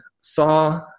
saw